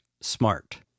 smart